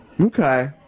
Okay